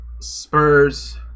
Spurs